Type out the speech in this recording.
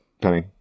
Penny